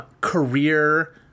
career